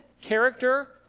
character